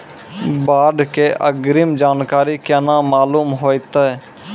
बाढ़ के अग्रिम जानकारी केना मालूम होइतै?